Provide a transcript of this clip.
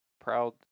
proud